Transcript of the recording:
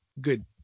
good